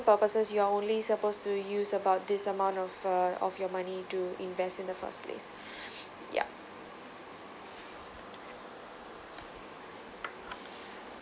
purposes you're only supposed to use about this amount of uh of your money to invest in the first place yeah